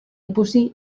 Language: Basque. ikusi